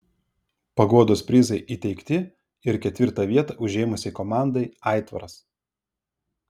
paguodos prizai įteikti ir ketvirtą vietą užėmusiai komandai aitvaras